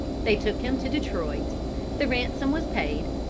they took him to detroit the ransom was paid,